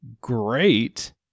great